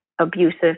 abusive